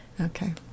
Okay